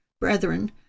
brethren